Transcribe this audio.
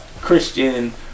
christian